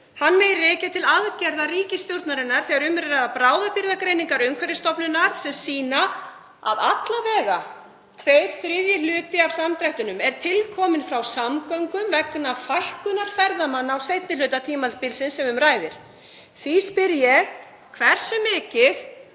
megi rekja til aðgerða ríkisstjórnarinnar þegar um er að ræða bráðabirgðagreiningar Umhverfisstofnunar sem sýna að alla vega tveir þriðju hlutar af samdrættinum eru til komnir frá samgöngum vegna fækkunar ferðamanna á seinni hluta tímabilsins sem um ræðir. Því spyr ég: Hversu mikið